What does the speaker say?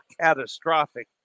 catastrophic